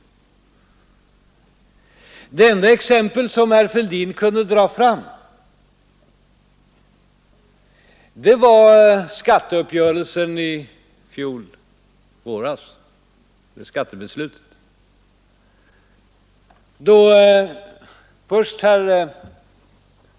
Det enda exempel på stöd från enbart kommunisterna som herr Fälldin kunde dra fram var skattebeslutet i fjol våras.